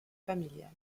familiale